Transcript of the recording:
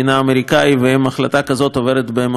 ואם החלטה כזאת עוברת במועצת הביטחון,